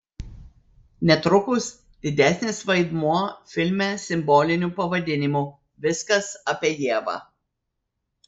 netrukus didesnis vaidmuo filme simboliniu pavadinimu viskas apie ievą